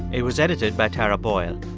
it was edited by tara boyle.